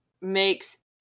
makes